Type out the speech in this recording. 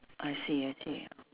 I see I see